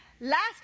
Last